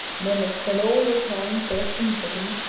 men that spend all their time, first in getting,